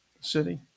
city